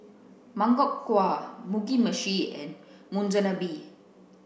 Makchang gui Mugi meshi and Monsunabe